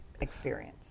experience